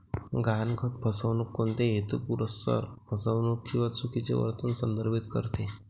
गहाणखत फसवणूक कोणत्याही हेतुपुरस्सर फसवणूक किंवा चुकीचे वर्णन संदर्भित करते